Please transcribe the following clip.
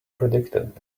predicted